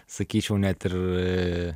sakyčiau net ir